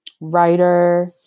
writer